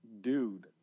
dude